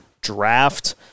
draft